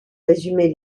résumer